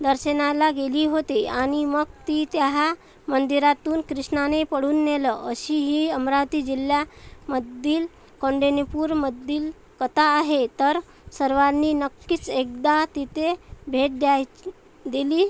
दर्शनाला गेली होती आणि मग ती त्याहा मंदिरातून कृष्णाने पळवून नेलं अशी ही अमरावती जिल्ह्यामधील कौंडण्यपूरमधील कथा आहे तर सर्वांनी नक्कीच एकदा तिथे भेट द्यायची दिली